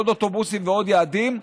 ועוד אוטובוסים ועוד יעדים,